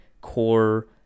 core